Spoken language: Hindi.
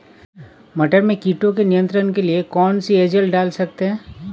मटर में कीटों के नियंत्रण के लिए कौन सी एजल डाल सकते हैं?